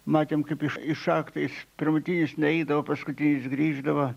matėm kaip jis išachtais primutinis nueidavo paskutinis grįždavo